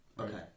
Okay